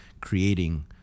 creating